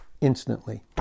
instantly